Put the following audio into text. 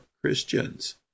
Christians